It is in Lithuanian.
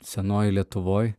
senoj lietuvoj